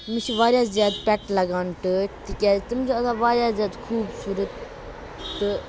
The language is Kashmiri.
مےٚ چھِ واریاہ زیادٕ پیٚٹ لگان ٹٲٹھۍ تِکیازِ تِم چھِ آسان واریاہ زِیادٕ خوٗبصوٗرت تہٕ